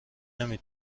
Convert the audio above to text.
نمی